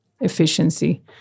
efficiency